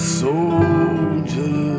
soldier